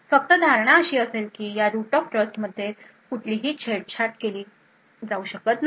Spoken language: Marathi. फक्त धारणा अशी असेल की ह्या रूट ऑफ ट्रस्ट मध्ये कुठलीही छेडछाड केली जाऊ शकत नाही